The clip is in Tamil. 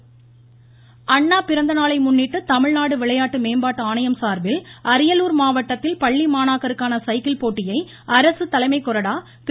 அண்ணா சைக்கிள்போட்டி அண்ணா பிறந்தநாளை முன்னிட்டு தமிழ்நாடு விளையாட்டு மேம்பாட்டு ஆணையம் சார்பில் அரியலூர் மாவட்டத்தில் பள்ளிமாணாக்கருக்கான சைக்கிள் போட்டியை அரசு தலைமை கொறடா திரு